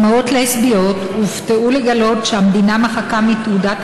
אימהות לסביות הופתעו לגלות שהמדינה מחקה מתעודת